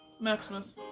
Maximus